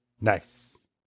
Nice